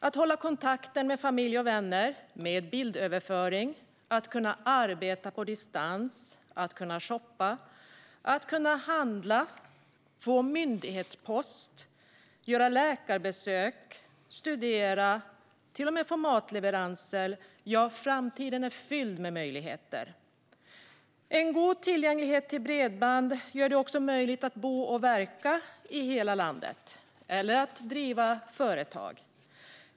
Att hålla kontakten med familj och vänner med bildöverföring, att kunna arbeta på distans, att kunna shoppa och handla, få myndighetspost, göra läkarbesök, studera och till och med få matleveranser - ja, framtiden är fylld med möjligheter! En god tillgänglighet till bredband gör det möjligt att bo och verka i hela landet och att driva företag.